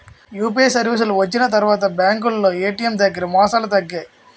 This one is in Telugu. యూపీఐ సర్వీసులు వచ్చిన తర్వాత బ్యాంకులో ఏటీఎం దగ్గర మోసాలు తగ్గాయి